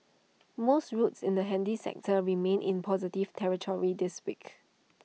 most routes in the handy sector remained in positive territory this week